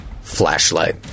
flashlight